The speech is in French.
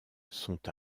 sont